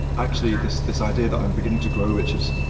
actually, this this idea that i'm beginning to grow, which is,